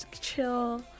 Chill